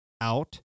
out